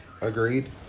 Agreed